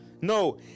No